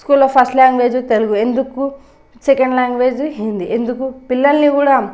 స్కూల్లో first language Telugu ఎందుకు second language Hindi ఎందుకు పిల్లలని కూడా